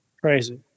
Crazy